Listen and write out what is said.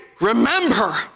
remember